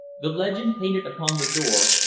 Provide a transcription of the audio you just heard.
the legend painted upon the door,